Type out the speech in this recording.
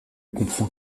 comprend